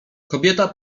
kobieta